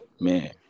man